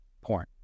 porn